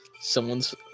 Someone's